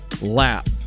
lap